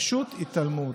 פשוט התעלמות.